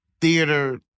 theater